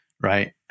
right